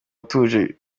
utuje